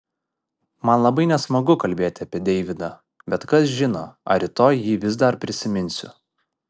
man labai nesmagu kalbėti apie deividą bet kas žino ar rytoj jį vis dar prisiminsiu